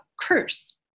curse